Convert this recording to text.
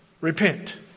Repent